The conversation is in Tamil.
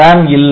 RAM இல்லை